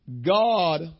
God